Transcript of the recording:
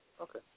okay